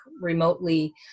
remotely